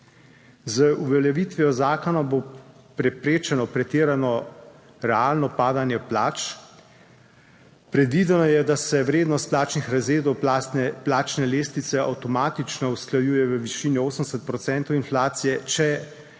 Z uveljavitvijo zakona bo preprečeno pretirano realno padanje plač. Predvideno je, da se vrednost plačnih razredov lastne plačne lestvice avtomatično usklajuje v višini 80 procentov inflacije, če